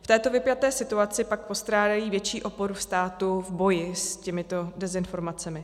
V této vypjaté situaci pak postrádají větší oporu státu v boji s těmito dezinformacemi.